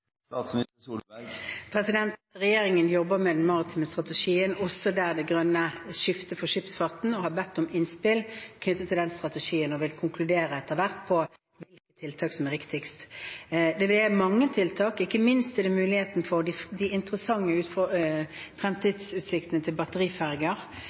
Regjeringen jobber med den maritime strategien, også der det grønne skiftet for skipsfarten, og har bedt om innspill knyttet til den strategien og vil etter hvert konkludere hvilke tiltak som er riktigst. Det er mange tiltak, ikke minst er det muligheten for de interessante fremtidsutsiktene til batteriferger.